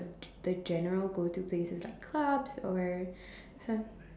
the the general go to places like clubs or some